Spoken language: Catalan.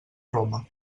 roma